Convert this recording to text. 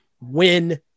win